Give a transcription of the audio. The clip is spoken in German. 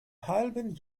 halben